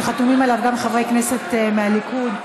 שחתומים עליו גם חברי כנסת מהליכוד,